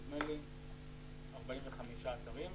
נדמה לי 45 אתרים.